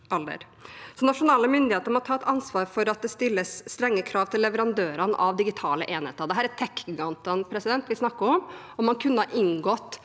Nasjonale myndigheter må ta et ansvar for at det stilles strenge krav til leverandørene av digitale enheter. Det er tech-gigantene vi snakker om,